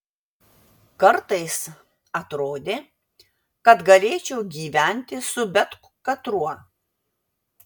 kartais atrodė kad galėčiau gyventi su bet katruo